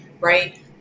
right